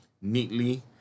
neatly